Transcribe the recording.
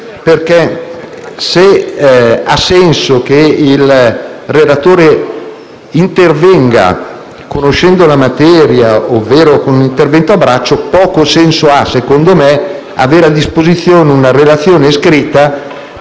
Se infatti ha senso che il relatore intervenga conoscendo la materia, ovvero con un intervento a braccio, poco senso ha, secondo me, avere a disposizione una relazione scritta,